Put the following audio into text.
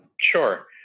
Sure